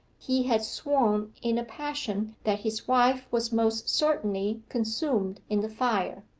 he had sworn in a passion that his wife was most certainly consumed in the fire.